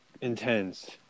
intense